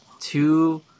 two